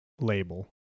label